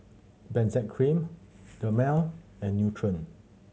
Benzac Cream Dermale and Nutren